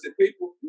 people